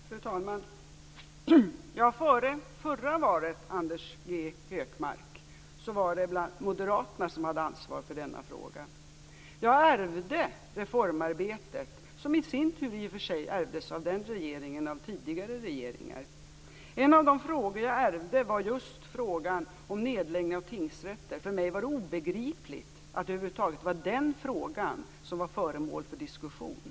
Fru talman! Före det förra valet, Anders G Högmark, var det bl.a. Moderaterna som hade ansvar för denna fråga. Jag ärvde reformarbetet - som i sin tur i och för sig ärvdes av den regeringen från tidigare regeringar. En av de frågor jag ärvde var just frågan om nedläggning av tingsrätter. För mig var det obegripligt att det över huvud taget var den frågan som var föremål för diskussion.